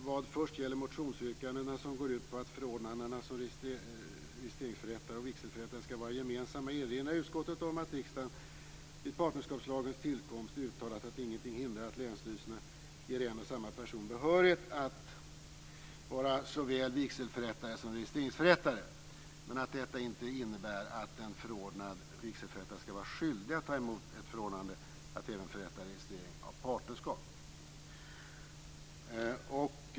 "Vad först gäller motionsyrkandena som går ut på att förordnandena som registreringsförrättare och vigselförrättare skall vara gemensamma erinrar utskottet om att riksdagen vid partnerskapslagens tillkomst uttalat att ingenting hindrar att länsstyrelserna ger en och samma person behörighet att vara såväl vigselförrättare som registreringsförrättare, men att detta inte innebär att en förordnad vigselförrättare skall vara skyldig att ta emot ett förordnande att även förrätta registreringar av partnerskap -."